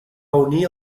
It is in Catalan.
unir